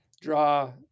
draw